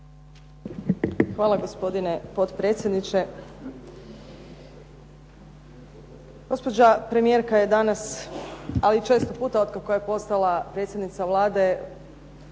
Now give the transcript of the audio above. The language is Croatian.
Hvala gospodine potpredsjedniče. Gospođa premijerka je danas ali i često puta od kako je postala predsjednica Vlade